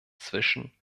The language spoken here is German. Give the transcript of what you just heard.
zwischen